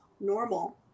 normal